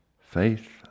Faith